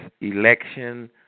election